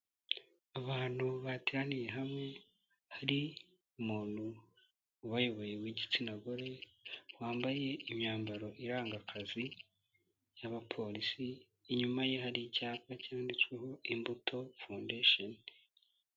Abantu bateraniye hamwe hari umuntu ubayoboye w'igitsina gore, wambaye imyambaro iranga akazi y'abapolisi, inyuma ye hari icyapa cyanditsweho Imbuto Foundation.